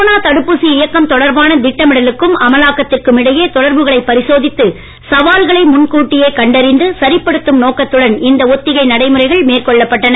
corona தடுப்பூசி இயக்கம் தொடர்பான திட்டமிடலுக்கும் அமலாக்கத்திற்கும் இடையே தொடர்புகளை பரிசோதித்து சவால்களை முன்கூட்டியே கண்டறிந்து சரிபடுத்தும் நோக்கத்துடன் இந்த ஒத்திகை நடைமுறைகள் மேற்கொள்ளப்பட்டன